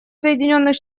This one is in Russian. соединенных